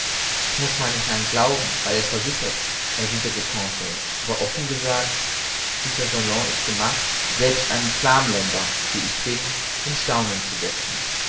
ich muß meinem herrn glauben weil er's versichert erwiderte conseil aber offen gesagt dieser salon ist gemacht selbst einen flamländer wie ich bin in staunen zu setzen